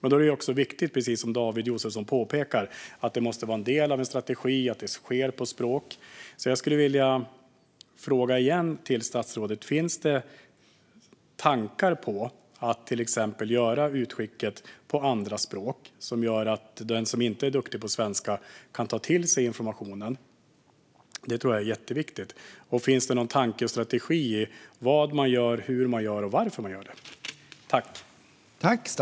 Då är det också viktigt att det måste vara en del av en strategi och att det sker på rätt språk. Jag skulle därför vilja fråga statsrådet igen: Finns det tankar på att till exempel göra utskick på andra språk, så att även den som inte är duktig på svenska kan ta till sig informationen? Det tror jag är jätteviktigt. Finns det någon tanke eller strategi med vad och hur man gör och varför man gör det?